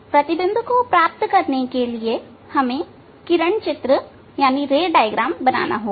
प्रतिबिंब को प्राप्त करने के लिए हमें किरण चित्र बनाना होगा